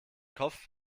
kopf